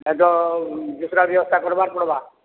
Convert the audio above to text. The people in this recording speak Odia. ନାଇ ତ ଦୁସ୍ରା ବ୍ୟବସ୍ଥା କର୍ବାର୍ ପଡ଼୍ବା